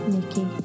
Nikki